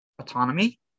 Autonomy